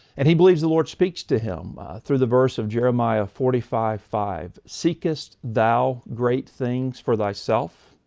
and he believes the lord speaks to him through the verse of jeremiah forty five five seekest thou great things for thyself?